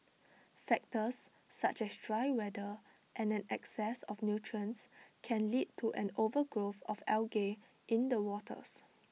factors such as dry weather and an excess of nutrients can lead to an overgrowth of algae in the waters